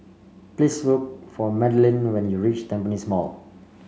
please look for Madalynn when you reach Tampines Mall